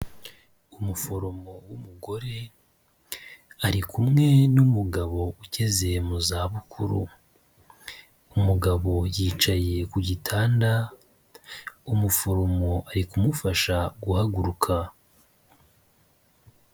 Umuforomo w'umugore ari kumwe n'umugabo ugeze mu zabukuru, umugabo yicaye ku gitanda umuforomo ari kumufasha guhaguruka.